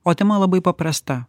o tema labai paprasta